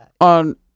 on